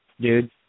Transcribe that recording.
dude